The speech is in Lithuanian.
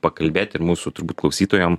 pakalbėt ir mūsų turbūt klausytojam